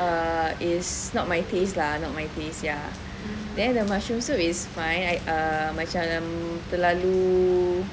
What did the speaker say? err is not my taste lah not my taste ya then their their mushroom soup is fine err macam terlalu